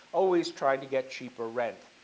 always trying to get cheaper rent,